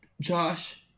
Josh